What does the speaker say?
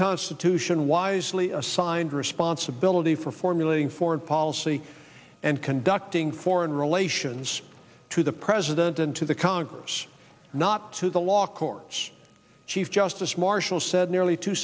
constitution wisely assigned responsibility for formulating foreign policy and conducting foreign relations to the president and to the congress not to the law courts chief justice marshall said nearly two